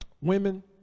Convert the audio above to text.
Women